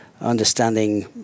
understanding